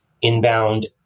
inbound